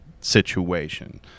situation